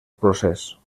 procés